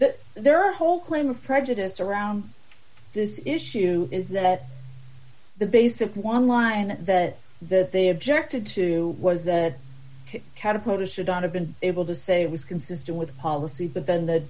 that there are whole claim of prejudice around this issue is that the basic one line that that they objected to was the catapult or should not have been able to say was consistent with policy but then the